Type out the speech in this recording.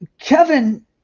Kevin